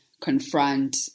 confront